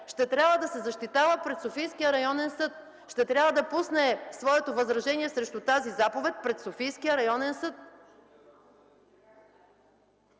ще трябва да се защитава пред Софийския районен съд. Ще трябва да пусне своето възражение срещу тази заповед пред Софийския районен съд.